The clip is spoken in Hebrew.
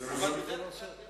אבל בדרך כלל,